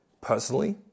Personally